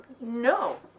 No